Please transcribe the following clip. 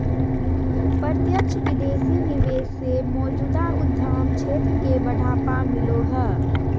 प्रत्यक्ष विदेशी निवेश से मौजूदा उद्यम क्षेत्र के बढ़ावा मिलो हय